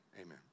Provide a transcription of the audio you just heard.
Amen